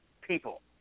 people